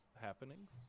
happenings